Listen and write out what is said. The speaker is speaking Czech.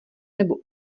nebo